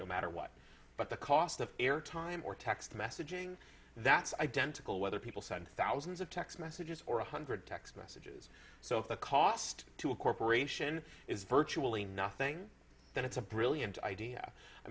no matter what but the cost of air time or text messaging that's identical whether people send thousands of text messages or one hundred text back so if the cost to a corporation is virtually nothing then it's a brilliant idea i